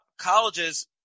colleges